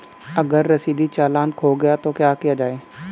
अगर रसीदी चालान खो गया तो क्या किया जाए?